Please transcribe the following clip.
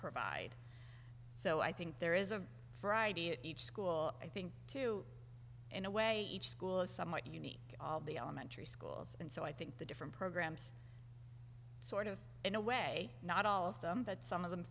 provide so i think there is a variety of each school i think to in a way each school is somewhat unique all the elementary schools and so i think the different programs sort of in a way not all of them but some of them